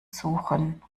suchen